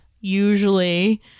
usually